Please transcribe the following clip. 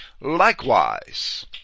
Likewise